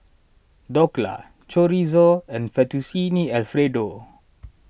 Dhokla Chorizo and Fettuccine Alfredo